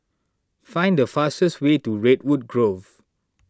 find the fastest way to Redwood Grove